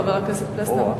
חבר הכנסת פלסנר.